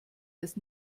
als